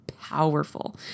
powerful